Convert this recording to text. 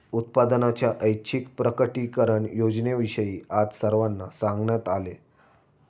उत्पन्नाच्या ऐच्छिक प्रकटीकरण योजनेविषयी आज सर्वांना सांगण्यात आले